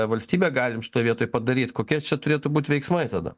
valstybė galim šitoj vietoj padaryt kokie čia turėtų būt veiksmai tada